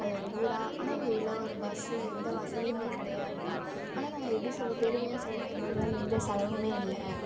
அது ஒரு ஊரா ஆனால் எங்கள் ஊரில் ஒரு பஸ்ஸு எந்த வசதியுமே கிடையாது தான் ஆனால் நாங்கள் எப்படி சொல்வது பெருமையாக சொல்லுவோம் எங்களுக்கெல்லாம் எந்த செலவுமே இல்லை